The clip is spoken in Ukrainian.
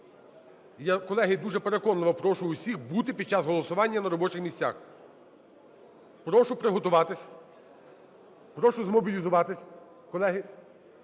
Я, колеги, дуже переконливо прошу всіх бути під час голосування на робочих місцях. Прошу приготуватись, прошузмобілізуватись, колеги,